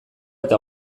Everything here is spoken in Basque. eta